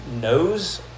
knows